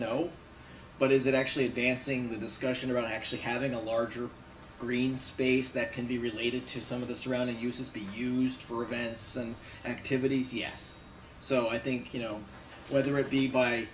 no but is it actually advancing the discussion around actually having a larger green space that can be related to some of the surrounding uses be used for events and activities yes so i think you know whether it be by